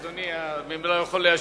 דבר, ממילא הוא יכול להשיב,